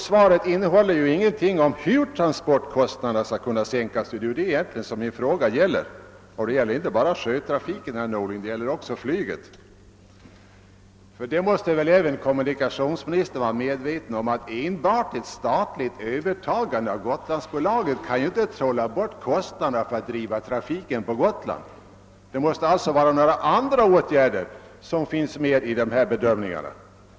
Svaret i dag innehåller ingenting om hur transportkostnaderna skall kunna sänkas, och det är främst det som min fråga avser. Och det gäller inte bara sjötrafiken, herr Norling, utan också flyget. Även kommunikationsministern måste väl vara medveten om att enbart ett statligt övertagande av Gotlandsbolaget kan inte trolla bort kostnaderna för att driva trafiken på Gotland. Det måste alltså vara andra åtgärder som finns med i bedömningarna.